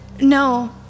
No